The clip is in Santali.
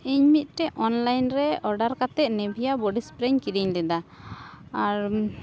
ᱤᱧ ᱢᱤᱫᱴᱮᱡ ᱚᱱᱞᱟᱭᱤᱱ ᱨᱮ ᱳᱰᱟᱨ ᱠᱟᱛᱮ ᱱᱮᱵᱷᱤᱭᱟ ᱵᱳᱰᱤ ᱮᱥᱯᱮᱨᱮᱧ ᱠᱤᱨᱤᱧ ᱞᱮᱫᱟ ᱟᱨ